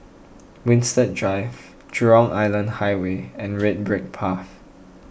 Winstedt Drive Jurong Island Highway and Red Brick Path